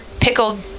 pickled